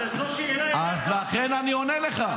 --- אז לכן אני עונה לך.